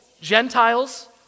Gentiles